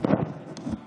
שר